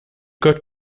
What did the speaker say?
could